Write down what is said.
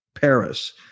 Paris